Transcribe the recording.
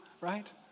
Right